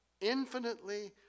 infinitely